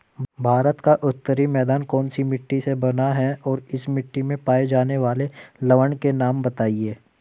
भारत का उत्तरी मैदान कौनसी मिट्टी से बना है और इस मिट्टी में पाए जाने वाले लवण के नाम बताइए?